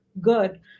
good